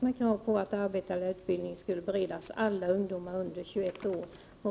med krav på att arbete eller utbildning skulle beredas alla ungdomar under 21 år.